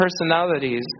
personalities